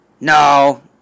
no